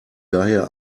daher